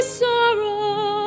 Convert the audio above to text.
sorrow